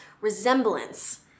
resemblance